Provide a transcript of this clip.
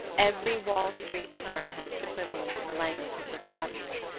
every wall street term had its equivalent in the language of fifth avenue,